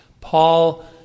Paul